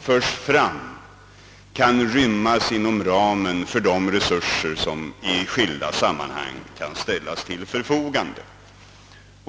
framförda önskemålen ryms inom ramen för de resurser som i skilda sammanhang kan ställas till förfogande.